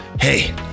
hey